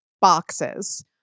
boxes